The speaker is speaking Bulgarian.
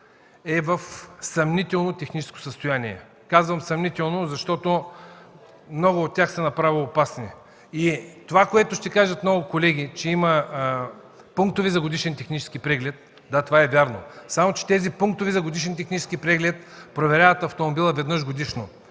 е в съмнително техническо състояние. Казвам, съмнително, защото много от тях са направо опасни. Това, което ще кажат много колеги, е че има пунктове за годишен технически преглед. Да, това е вярно, само че пунктовете за годишен технически преглед проверяват автомобила веднъж годишно.